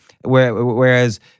Whereas